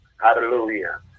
Hallelujah